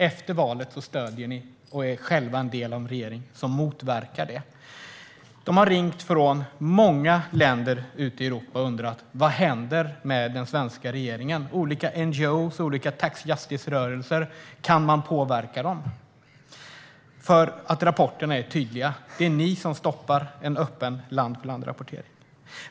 Efter valet stöder ni och är själva en del av en regering som motverkar det. Olika NGO:er och tax justice-rörelser i många länder ute i Europa har ringt och frågat vad som händer med den svenska regeringen och om man kan påverka den. Rapporterna är tydliga. Det är ni som stoppar en öppen land-för-landrapportering.